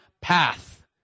path